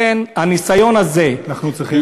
אנחנו צריכים,